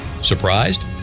Surprised